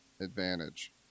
advantage